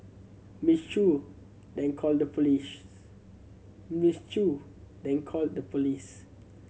Miss Chew then called the Miss Chew then called the police